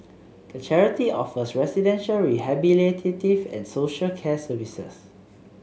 the charity offers residential rehabilitative and social care services